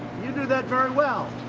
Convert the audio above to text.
you knew that very well.